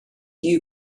you